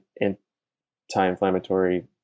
anti-inflammatory